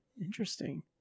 interesting